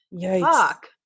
Fuck